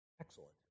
Excellent